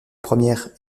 première